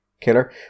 killer